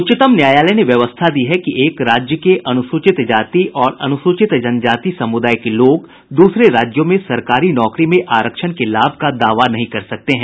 उच्चतम न्यायालय ने व्यवस्था दी है कि एक राज्य के अनुसूचित जाति और अनुसूचित जनजाति समुदाय के लोग दूसरे राज्यों में सरकारी नौकरी में आरक्षण के लाभ का दावा नहीं कर सकते हैं